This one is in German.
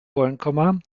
wollen